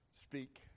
speak